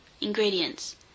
Ingredients